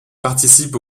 participe